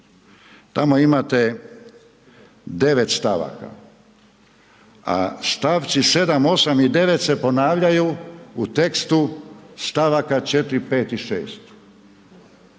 tamo imate 9 stavaka a stavci 7, 8 i 9 se ponavljaju u tekstu stavaka 4, 5 i 6.